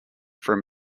from